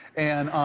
and